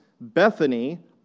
Bethany